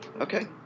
Okay